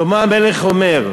שלמה המלך אומר: